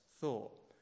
thought